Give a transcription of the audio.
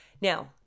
Now